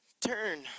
turn